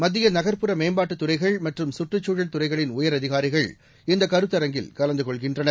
மத்தியநகர்புற மேம்பாட்டுதுறைகள் மற்றும் சுற்றச்சூழல் துறைகளின் உயரதிகாரிகள் இந்தகருத்தரங்கில் கலந்துகொள்கின்றனர்